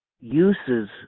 uses